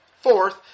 Fourth